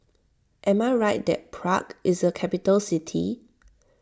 am I right that Prague is a capital city